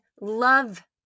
love